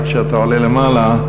עד שאתה עולה למעלה,